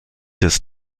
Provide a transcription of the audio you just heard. des